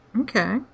Okay